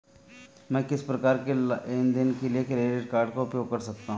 मैं किस प्रकार के लेनदेन के लिए क्रेडिट कार्ड का उपयोग कर सकता हूं?